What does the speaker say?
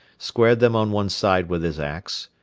squared them on one side with his ax,